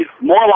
more